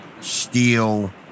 steel